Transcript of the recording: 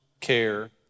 care